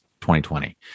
2020